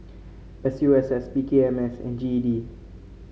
S U S S P K M S and G E D